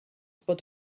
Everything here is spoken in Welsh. bod